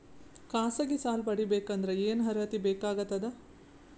ಖಾಸಗಿ ಸಾಲ ಪಡಿಬೇಕಂದರ ಏನ್ ಅರ್ಹತಿ ಬೇಕಾಗತದ?